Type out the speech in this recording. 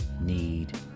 need